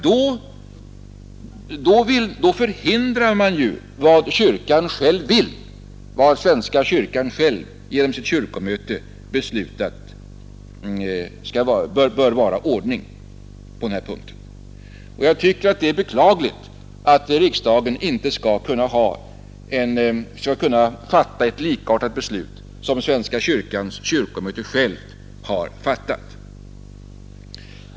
Ty då förhindrar man ju den ordning som svenska kyrkan själv genom sitt kyrkomöte beslutat om på denna punkt. Det är beklagligt att riksdagen inte skall kunna fatta samma beslut som svenska kyrkans kyrkomöte självt fattat.